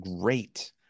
great